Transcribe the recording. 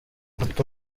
ati